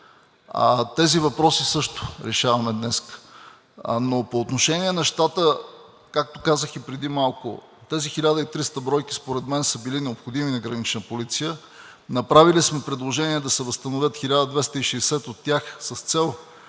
Тези въпроси също решаваме днес. Но по отношение на щата, както казах и преди малко, тези 1300 бройки според мен са били необходими на Гранична полиция. Направили сме предложение да се възстановят 1260 от тях с цел